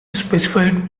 specified